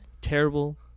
terrible